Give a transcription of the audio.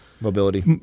Mobility